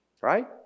right